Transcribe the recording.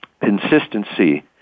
consistency